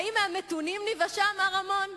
האם מהמתונים ניוושע, מר רמון?